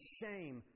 shame